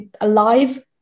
alive